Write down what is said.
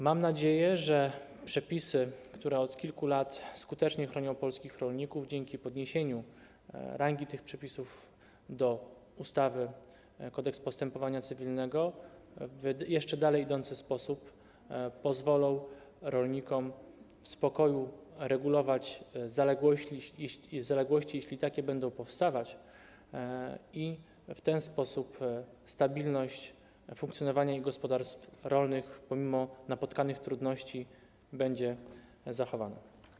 Mam nadzieję, że przepisy, które od kilku lat skutecznie chronią polskich rolników, dzięki podniesieniu rangi tych przepisów, przeniesieniu ich do ustawy - Kodeks postępowania cywilnego, w jeszcze dalej idący sposób pozwolą rolnikom w spokoju regulować zaległości, jeśli takie będą powstawać, i w ten sposób stabilność funkcjonowania ich gospodarstw rolnych pomimo napotkanych trudności będzie zachowana.